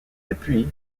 depuis